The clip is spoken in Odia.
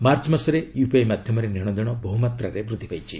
ମାର୍ଚ୍ଚ ମାସରେ ୟପିଆଇ ମାଧ୍ୟମରେ ନେଣଦେଣ ବହୁମାତ୍ରାରେ ବୃଦ୍ଧି ପାଇଛି